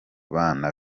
bana